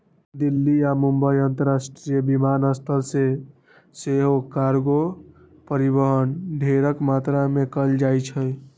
दिल्ली आऽ मुंबई अंतरराष्ट्रीय विमानस्थल से सेहो कार्गो परिवहन ढेरेक मात्रा में कएल जाइ छइ